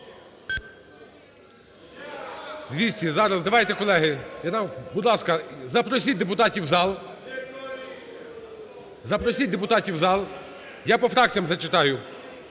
За-200 Зараз, давайте, колеги. Будь ласка, запросіть депутатів в зал. Запросіть депутатів в зал. Я по фракціях зачитаю.